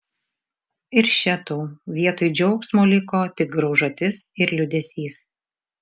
ir še tau vietoj džiaugsmo liko tik graužatis ir liūdesys